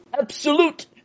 absolute